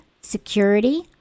security